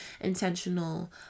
intentional